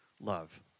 love